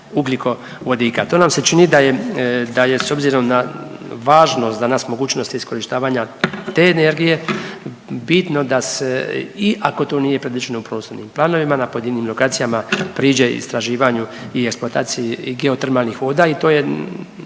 ugljikovodika. To nam se čini da je, da je s obzirom na važnost danas mogućnosti iskorištavanja te energije bitno da se i ako to nije predviđeno u prostornim planovima na pojedinim lokacijama priđe i istraživanju i eksploataciji i geotermalnih voda i to je,